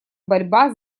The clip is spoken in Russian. борьба